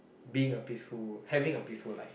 being a peaceful having a peaceful life